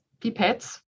pipettes